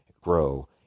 grow